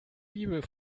bibel